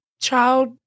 child